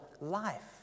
life